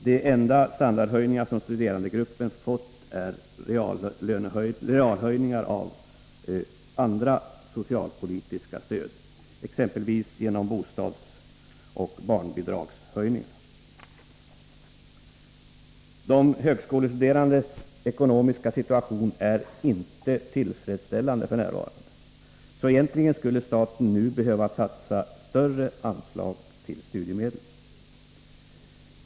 De enda standardhöjningar som studerandegruppen fått är realhöjningar av andra socialpolitiska stöd, exempelvis genom bostadsoch barnbidragshöjningar. De högskolestuderandes ekonomiska situation är inte tillfredsställande f. n., så egentligen skulle staten nu behöva satsa större anslag till studiemedel.